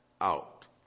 out